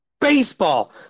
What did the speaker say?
baseball